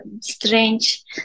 strange